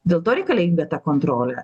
dėl to reikalinga ta kontrolė